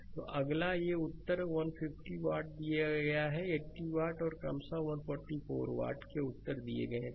slide समय देखें 2051 अगला ये उत्तर 150 वाट दिए गए हैं 80 वाट और क्रमशः 144 वॉट के उत्तर दिए गए हैं